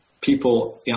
people